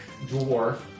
dwarf